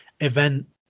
event